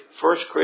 first